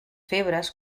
febres